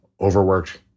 overworked